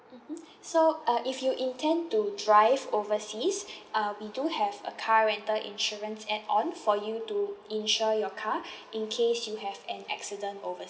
mmhmm so uh if you intend to drive overseas uh we do have a car rental insurance add on for you to insure your car in case you have an accident overseas